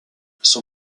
son